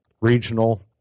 regional